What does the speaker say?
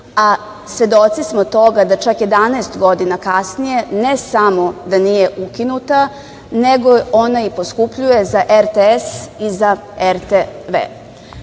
Svedoci smo toga da čak 11 godina kasnije ne samo da nije ukinuta, nego ona poskupljuje za RTS i za